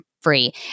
free